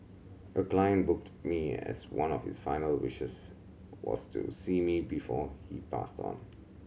a client booked me as one of his final wishes was to see me before he passed on